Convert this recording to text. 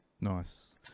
Nice